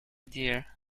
dear